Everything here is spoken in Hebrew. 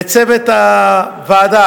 לצוות הוועדה,